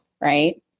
right